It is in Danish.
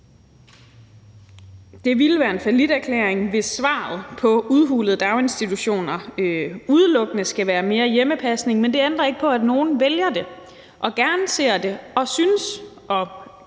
Det vil være en falliterklæring, hvis svaret på udhulede daginstitutioner udelukkende skal være mere hjemmepasning, men det ændrer ikke på, at nogle vælger det og gerne vil det og synes